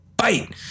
FIGHT